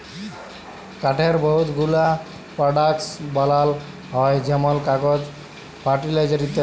কাঠের বহুত গুলা পরডাক্টস বালাল হ্যয় যেমল কাগজ, ফারলিচার ইত্যাদি